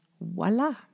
voila